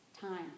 time